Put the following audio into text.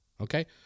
okay